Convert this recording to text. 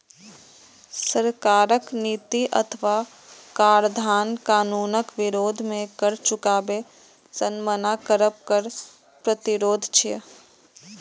सरकारक नीति अथवा कराधान कानूनक विरोध मे कर चुकाबै सं मना करब कर प्रतिरोध छियै